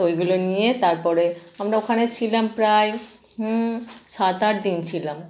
তো ওইগুলো নিয়ে তারপরে আমরা ওখানে ছিলাম প্রায় সাত আট দিন ছিলাম